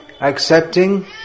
accepting